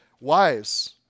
wives